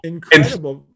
Incredible